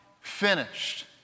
finished